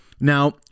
Now